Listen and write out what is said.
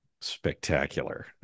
spectacular